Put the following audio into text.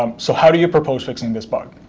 um so, how do you propose fixing this bug?